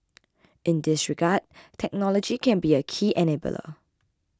in this regard technology can be a key enabler